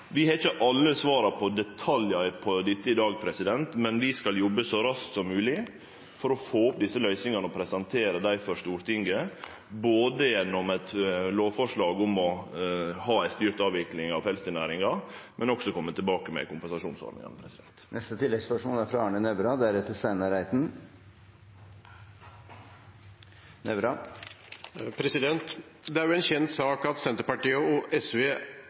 Vi har ikkje alle svara på dette i detalj i dag, men vi skal jobbe så raskt så mogleg for å få til desse løysingane og presentere dei for Stortinget, både gjennom eit lovforslag om å ha ei styrt avvikling av pelsdyrnæringa og ved å kome tilbake med kompensasjonsordningane. Arne Nævra – til oppfølgingsspørsmål. Det er en kjent sak at Senterpartiet og SV